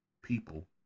people